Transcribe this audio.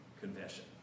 confession